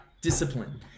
discipline